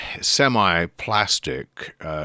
semi-plastic